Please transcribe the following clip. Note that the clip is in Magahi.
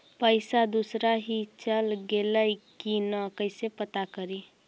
पैसा दुसरा ही चल गेलै की न कैसे पता करि?